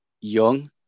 young